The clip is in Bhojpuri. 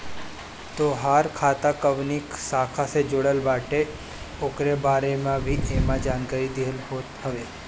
तोहार खाता कवनी शाखा से जुड़ल बाटे उकरे बारे में भी एमे जानकारी देहल होत हवे